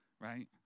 right